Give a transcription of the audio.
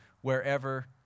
wherever